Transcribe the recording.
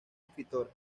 escritora